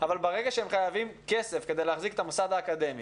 אבל ברגע שהם חייבים כסף כדי להחזיק את המוסד האקדמי